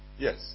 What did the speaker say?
Yes